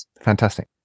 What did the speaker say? Fantastic